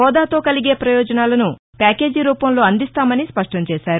హెూదాతో కలిగే ప్రయోజనాలను ప్యాకేజీ రూపంలో అందిస్తామని స్పష్టం చేశారు